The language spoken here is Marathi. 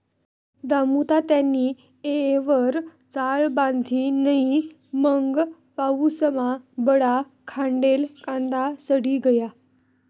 दामुतात्यानी येयवर चाळ बांधी नै मंग पाऊसमा बठा खांडेल कांदा सडी गया